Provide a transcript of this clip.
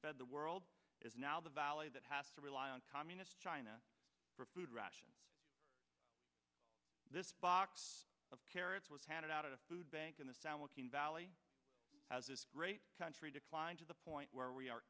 bed the world is now the valley that has to rely on communist china for food rations this box of carrots was handed out at a food bank in the san joaquin valley as this great country declined to the point where we are